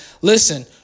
Listen